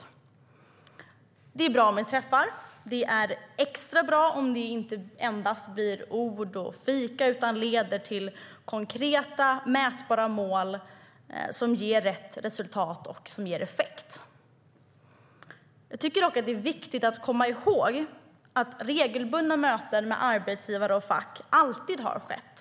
Det är bra med träffar. Det är extra bra om det inte endast blir ord och fika utan leder till konkreta, mätbara mål som ger rätt resultat och som ger effekt. Jag tycker dock att det är viktigt att komma ihåg att regelbundna möten med arbetsgivare och fack alltid har skett.